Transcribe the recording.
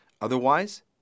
Otherwise